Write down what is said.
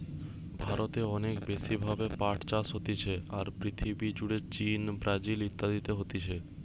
ভারতে অনেক বেশি ভাবে পাট চাষ হতিছে, আর পৃথিবী জুড়ে চীন, ব্রাজিল ইত্যাদিতে হতিছে